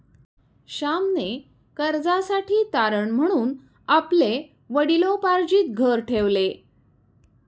श्यामने कर्जासाठी तारण म्हणून आपले वडिलोपार्जित घर ठेवले